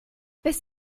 bis